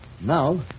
Now